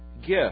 gift